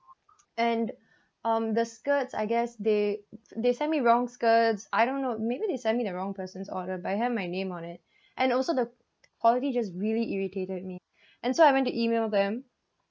and um the skirts I guess they they send me wrong skirts I don't know maybe they sent me the wrong person's order but it had my name on it and also the quality just really irritated me and so I went to email them